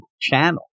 channel